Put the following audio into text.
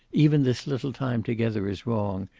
even this little time together is wrong,